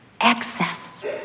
excess